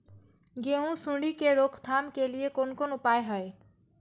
गेहूँ सुंडी के रोकथाम के लिये कोन कोन उपाय हय?